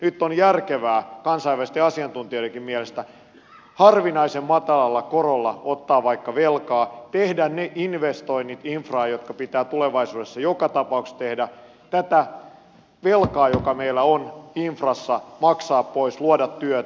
nyt on järkevää kansainvälisten asiantuntijoidenkin mielestä harvinaisen matalalla korolla ottaa vaikka velkaa tehdä infraan ne investoinnit jotka pitää tulevaisuudessa joka tapauksessa tehdä tätä velkaa joka meillä on infrassa maksaa pois luoda työtä